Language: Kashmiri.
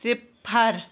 صِفر